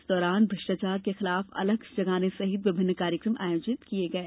इस दौरान भ्रष्टाचार के विरूद्ध अलख जगाने सहित विभिन्न कार्यक्रम आयोजित किये गये